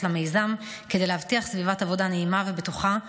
למיזם כדי להבטיח סביבת עבודה נעימה ובטוחה לעובדים,